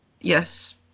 yes